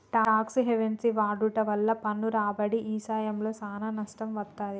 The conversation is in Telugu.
టాక్స్ హెవెన్సి వాడుట వల్ల పన్ను రాబడి ఇశయంలో సానా నష్టం వత్తది